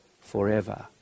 forever